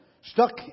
stuck